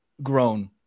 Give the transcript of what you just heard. grown